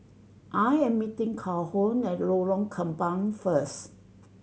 I am meeting Calhoun at Lorong Kembang first